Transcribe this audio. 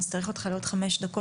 אני אצטרך אותך לעוד חמש דקות,